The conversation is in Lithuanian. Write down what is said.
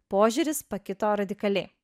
požiūris pakito radikaliai